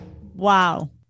Wow